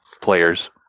players